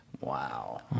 Wow